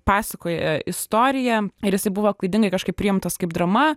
pasakoja istoriją ir jisai buvo klaidingai kažkaip priimtas kaip drama